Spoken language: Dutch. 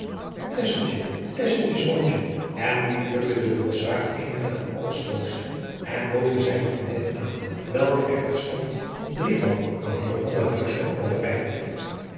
tesseltjes mondje en nu plukte de drossaard eenige der allerschoonste en bood die zijne vriendin aan welke er terstond drie van aan hillegonda buismam overreikte